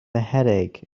headache